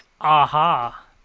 AHA